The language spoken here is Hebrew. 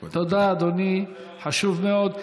תודה, אדוני חשוב מאוד.